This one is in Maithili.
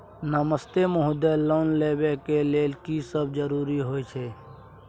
नमस्ते महोदय, लोन लेबै के लेल की सब जरुरी होय छै?